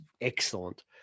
excellent